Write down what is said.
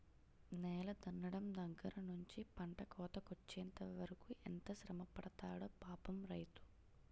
నేల దున్నడం దగ్గర నుంచి పంట కోతకొచ్చెంత వరకు ఎంత శ్రమపడతాడో పాపం రైతు